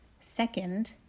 second